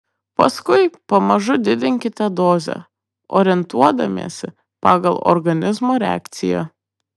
paskui pamažu didinkite dozę orientuodamiesi pagal organizmo reakciją